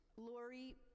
Lori